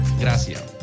gracias